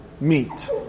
meet